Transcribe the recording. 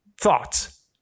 Thoughts